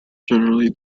generally